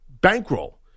bankroll